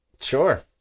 Sure